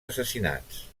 assassinats